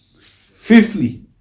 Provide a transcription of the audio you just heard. Fifthly